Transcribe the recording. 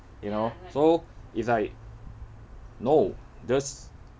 you know so it's like no just